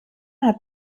hat